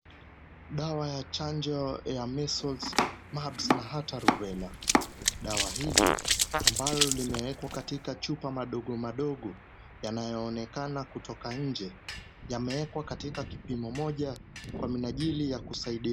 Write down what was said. Dawa ya chanjo ya measles, mumps na hata rubella . Dawa hili ambalo limewekwa katika chupa madogo madogo, yanayoonekana kutoka nje, yameekwa katika kipimo moja kwa minajili ya kusaidia.